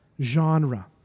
genre